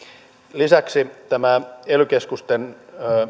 lisäksi tämä ely keskusten